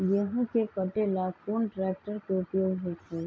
गेंहू के कटे ला कोंन ट्रेक्टर के उपयोग होइ छई?